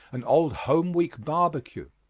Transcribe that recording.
an old home week barbecue.